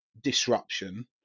disruption